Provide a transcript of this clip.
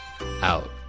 out